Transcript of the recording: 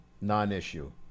non-issue